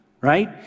Right